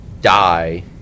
die